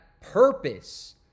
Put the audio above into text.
purpose